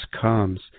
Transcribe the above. comes